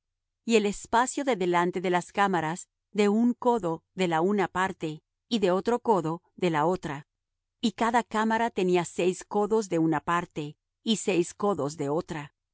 y el espacio de delante de las cámaras de un codo de la una parte y de otro codo de la otra y cada cámara tenía seis codos de una parte y seis codos de otra